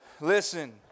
listen